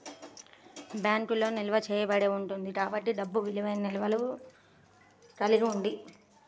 బ్యాంకులో నిల్వ చేయబడి ఉంటుంది కాబట్టి డబ్బు విలువైన నిల్వను కలిగి ఉంది